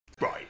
right